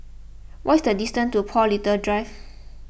what is the distance to Paul Little Drive